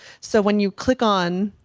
so when you click on